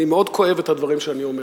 אני מאוד כואב את הדברים שאני אומר.